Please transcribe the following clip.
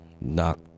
Knock